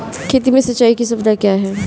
खेती में सिंचाई की सुविधा क्या है?